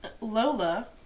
Lola